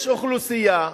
יש אוכלוסייה,